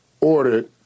ordered